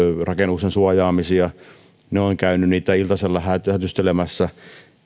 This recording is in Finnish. rakennuksen suojaamisia he ovat käyneet niitä iltasella hätystelemässä